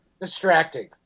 distracting